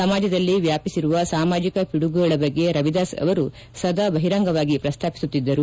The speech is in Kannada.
ಸಮಾಜದಲ್ಲಿ ವ್ಯಾಪಿಸಿರುವ ಸಾಮಾಜಿಕ ಪಿಡುಗುಗಳು ಬಗ್ಗೆ ರವಿದಾಸ್ ಅವರು ಸದಾ ಬಹಿರಂಗವಾಗಿ ಪ್ರಸ್ತಾಪಿಸುತ್ತಿದ್ದರು